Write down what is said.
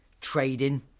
trading